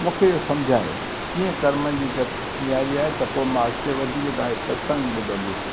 मूंखे सम्झायो कीअं कर्मनि जी गत नियारी आहे त पोइ मां अॻिते वधी करे तव्हां जो सत्संग ॿुधंदुसि